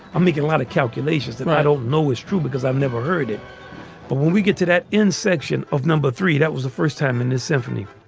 i'm making a lot of calculations and i don't know is true because i've never heard it but when we get to that in section of number three, that was the first time in his symphony,